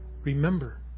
Remember